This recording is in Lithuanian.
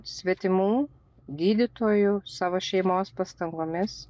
svetimų gydytojų savo šeimos pastangomis